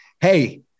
Hey